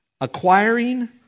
acquiring